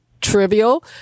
trivial